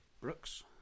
Brooks